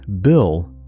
Bill